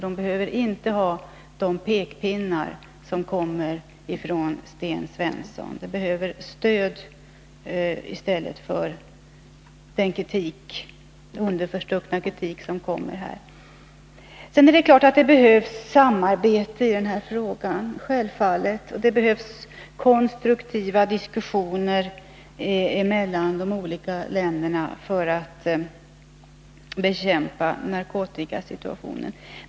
De behöver inte de pekpinnar som Sten Svensson håller fram, de behöver stöd i stället för den understuckna kritik som kommer här. Det är klart att det behövs samarbete i den här frågan — självfallet. Det behövs konstruktiva diskussioner mellan de olika länderna för att bekämpa narkotikasituationen.